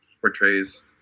portrays